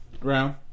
round